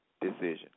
decision